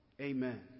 Amen